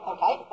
Okay